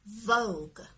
Vogue